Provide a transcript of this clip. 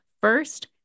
first